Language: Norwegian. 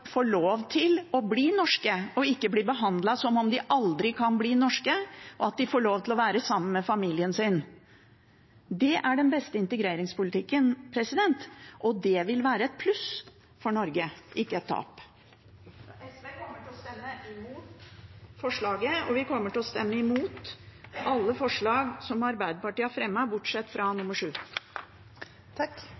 lov til å bli norske og ikke blir behandlet som om de aldri kan bli norske, og at de får lov til å være sammen med familien sin. Det er den beste integreringspolitikken, og det vil være et pluss for Norge, ikke et tap. SV kommer til å stemme imot representantforslaget, og vi kommer til å stemme imot alle forslagene som Arbeiderpartiet har fremmet, bortsett fra